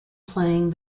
playing